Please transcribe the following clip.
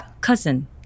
cousin